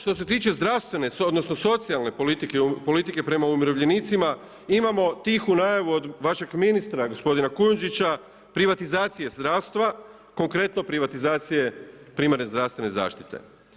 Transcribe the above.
Što se tiče zdravstvene odnosno socijalne politike prema umirovljenicima imamo tihu najavu od vašeg ministra gospodina Kujundžića privatizacije zdravstva, konkretno privatizacije primarne zdravstvene zaštite.